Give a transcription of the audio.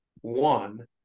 one